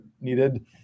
needed